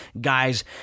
guys